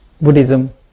Buddhism